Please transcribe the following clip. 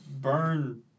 Burn